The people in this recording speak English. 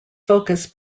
focus